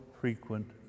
frequent